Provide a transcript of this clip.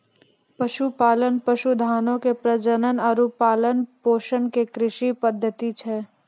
पशुपालन, पशुधनो के प्रजनन आरु पालन पोषण के कृषि पद्धति छै